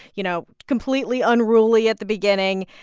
you know, completely unruly at the beginning.